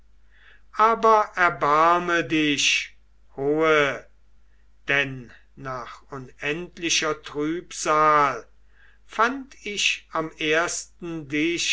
aber erbarme dich hohe denn nach unendlicher trübsal fand ich am ersten dich